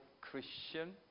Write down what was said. Christian